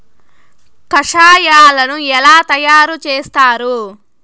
కషాయాలను ఎలా తయారు చేస్తారు?